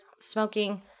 smoking